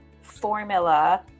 formula